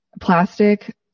plastic